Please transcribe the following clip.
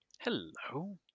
hello